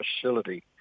facility